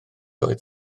oedd